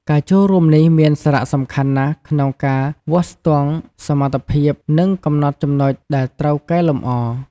ការចូលរួមនេះមានសារៈសំខាន់ណាស់ក្នុងការវាស់ស្ទង់សមត្ថភាព និងកំណត់ចំណុចដែលត្រូវកែលម្អ។